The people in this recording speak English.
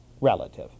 relative